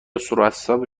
صورتحساب